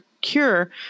cure